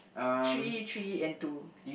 three three and two